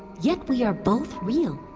yet we are both real.